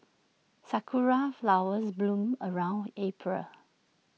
Sakura Flowers bloom around April